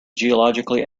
geologically